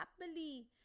happily